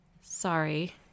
Sorry